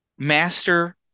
Master